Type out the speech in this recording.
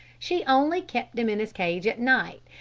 she only kept him in his cage at night,